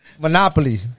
Monopoly